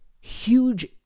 huge